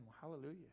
Hallelujah